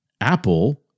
Apple